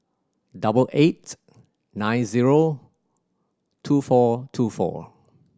double eight nine zero two four two four